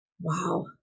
Wow